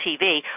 TV